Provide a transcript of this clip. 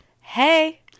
Hey